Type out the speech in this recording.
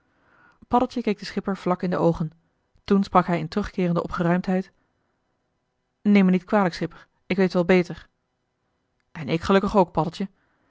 paddeltje keek den schipper vlak in de oogen toen sprak hij in terugkeerende opgeruimdheid neem me niet kwalijk schipper ik weet wel beter en ik gelukkig ook